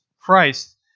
Christ